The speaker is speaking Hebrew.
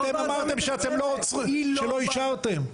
אם אתם אמרתם שלא אישרתם.